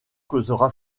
causera